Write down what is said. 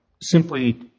simply